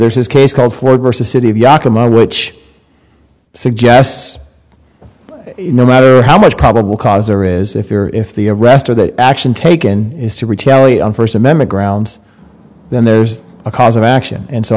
there's this case called for versus city of documentary which suggests no matter how much probable cause there is if you're if the rest of the action taken is to retaliate on first amendment grounds then there's a cause of action and so